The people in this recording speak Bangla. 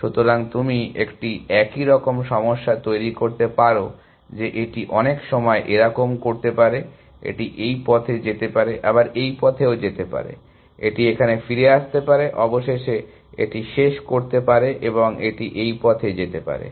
সুতরাং তুমি একটি একই রকম সমস্যা তৈরী করতে পারো যে এটি অনেক সময় এরকম করতে পারে এটি এই পথে যেতে পারে আবার এই পথে যেতে পারে এটি এখানে ফিরে আসতে পারে অবশেষে এটি শেষ করতে পারে এবং এটি এই পথে যেতে পারে